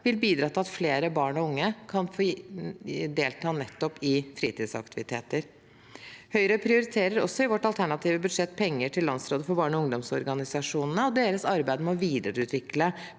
vil bidra til at flere barn og unge kan få delta nettopp i fritidsaktiviteter. Høyre prioriterer også i vårt alternative budsjett penger til Landsrådet for Norges barne- og ungdomsorganisasjoner og deres arbeid med å videreutvikle